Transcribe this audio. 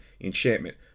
enchantment